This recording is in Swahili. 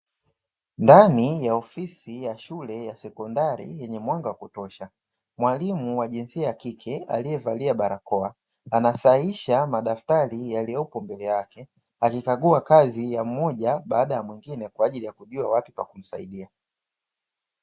Ndani ya ofisi ya shule ya sekondari yenye mwanga wa kutosha, mwalimu wa jinsia ya kike aliyevalia barakoa anasahisha madaftari yaliopo mbele yake. Akikagua kazi ya mmoja baada ya mwingine kwa ajili ya kujua wapi pa kumsaidia.